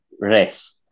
rest